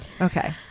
Okay